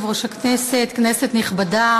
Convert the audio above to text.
אדוני יושב-ראש הכנסת, כנסת נכבדה,